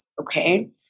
Okay